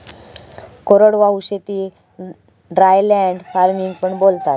कोरडवाहू शेतीक dryland farming पण बोलतात